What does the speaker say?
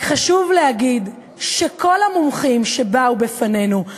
רק חשוב להגיד שכל המומחים שבאו בפנינו,